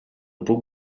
puc